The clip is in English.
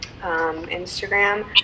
Instagram